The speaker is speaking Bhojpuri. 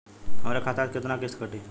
हमरे खाता से कितना किस्त कटी?